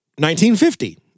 1950